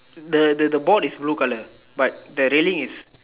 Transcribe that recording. the the the ball is blue color but the railing is